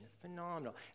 phenomenal